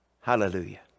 Hallelujah